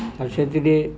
ଆଉ ସେଥିରେ